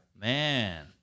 Man